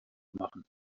machen